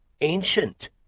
ancient